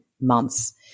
months